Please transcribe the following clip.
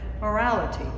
morality